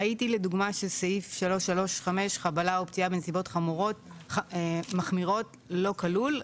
ראיתי לדוגמה שסעיף 3(3)(5) חבלה או פציעה בנסיבות מחמירות לא כלול,